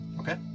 Okay